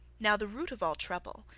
now the root of all trouble,